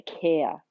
care